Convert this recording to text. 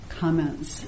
comments